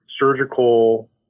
Surgical